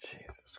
Jesus